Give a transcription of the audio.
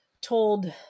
told